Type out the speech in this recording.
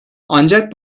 ancak